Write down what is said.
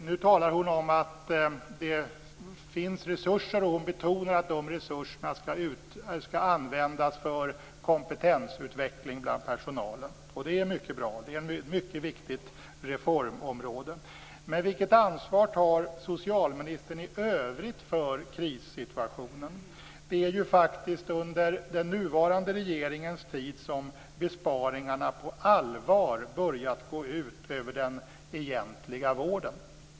Hon talar nu om att det finns resurser och hon betonar att de resurserna skall användas för kompetensutveckling bland personalen. Det är mycket bra. Detta är ett mycket viktigt reformområde. Men vilket ansvar tar socialministern i övrigt för krissituationen? Det är faktiskt under den nuvarande regeringens tid som besparingarna på allvar börjat gå ut över den egentliga vården.